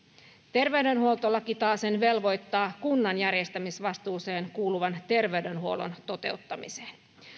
terveydenhuoltolaki taasen velvoittaa kunnan järjestämisvastuuseen kuuluvan terveydenhuollon toteuttamiseen